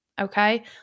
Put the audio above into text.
okay